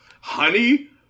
honey